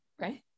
Right